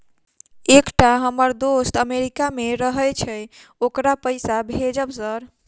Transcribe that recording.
एकटा हम्मर दोस्त अमेरिका मे रहैय छै ओकरा पैसा भेजब सर?